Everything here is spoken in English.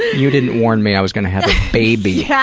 you didn't warn me i was going to have a baby yeah